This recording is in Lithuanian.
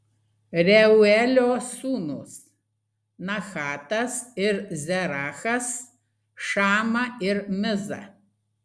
reuelio sūnūs nahatas ir zerachas šama ir miza